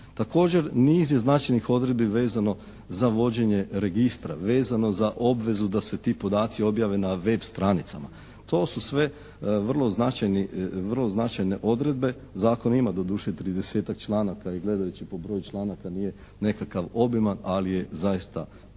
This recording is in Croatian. Također niz je značajnih odredbi vezano za vođenje registra, vezano za obvezu da se ti podaci objave na web stranicama. To su sve vrlo značajne odredbe. Zakon ima doduše 30-tak članaka i gledajući po broju članaka nije nekakav obiman, ali je zaista vrlo